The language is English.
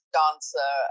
dancer